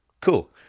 Cool